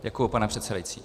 Děkuji, pane předsedající.